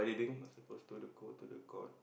not supposed to the go to the court